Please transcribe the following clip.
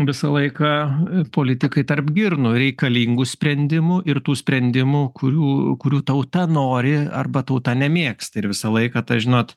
visą laiką politikai tarp girnų reikalingų sprendimų ir tų sprendimų kurių kurių tauta nori arba tauta nemėgsta ir visą laiką tą žinot